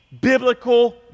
biblical